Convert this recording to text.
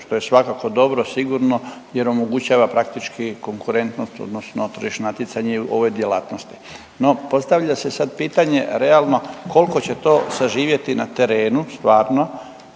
što je svakako dobro sigurno jer omogućava praktički konkurentnost odnosno …/Govornik se ne razumije./… natjecanje u ovoj djelatnosti. No, postavlja se sad pitanje realno koliko će to saživjeti na terenu stvarno